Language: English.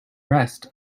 rest